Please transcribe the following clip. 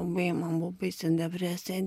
labai man buvo baisi depresija